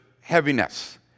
heaviness